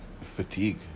fatigue